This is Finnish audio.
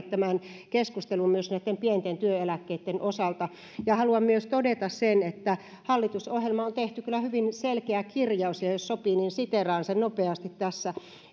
tämän keskustelun myös näitten pienten työeläkkeitten osalta haluan myös todeta sen että hallitusohjelmaan on tehty kyllä hyvin selkeä kirjaus ja jos sopii niin siteeraan sitä nopeasti tässä